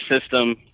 system